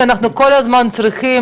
כי אנחנו כל הזמן צריכים,